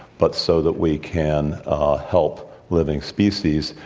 but so that we can help living species,